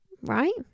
right